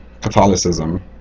Catholicism